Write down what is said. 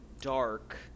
dark